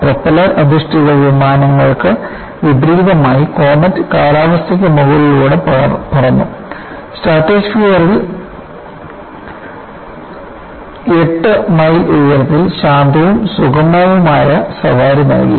propeller അധിഷ്ഠിത വിമാനങ്ങൾക്ക് വിപരീതമായി കോമറ്റ് കാലാവസ്ഥയ്ക്ക് മുകളിലൂടെ പറന്നു സ്ട്രാറ്റോസ്ഫിയറിൽ 8 മൈൽ ഉയരത്തിൽ ശാന്തവും സുഗമവുമായ സവാരി നൽകി